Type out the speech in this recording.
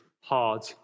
hard